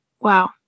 Wow